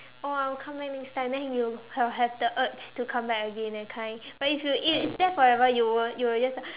oh I'll come back next time then you'll have have the urge to come back again that kind but if you if it's there forever you will you will just like